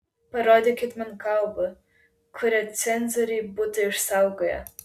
parodykit man kalbą kurią cenzoriai būtų išsaugoję